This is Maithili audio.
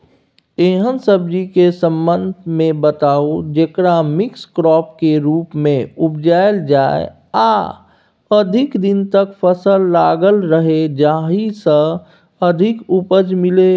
एहन सब्जी के संबंध मे बताऊ जेकरा मिक्स क्रॉप के रूप मे उपजायल जाय आ अधिक दिन तक फसल लागल रहे जाहि स अधिक उपज मिले?